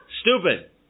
Stupid